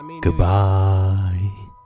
Goodbye